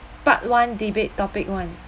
part one debate topic one